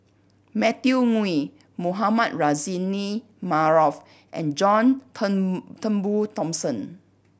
Matthew Ngui Mohamed Rozani Maarof and John Turn Turnbull Thomson